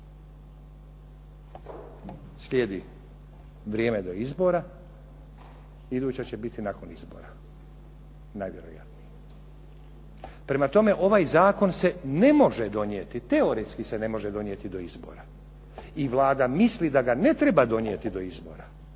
slijedi vrijeme do izbora, iduća će biti nakon izbora navjerojatnije. Prema tome, ovaj zakon se ne može donijeti, teoretski se ne može donijeti do izbora. I Vlada misli da ga ne treba donijeti do izbora.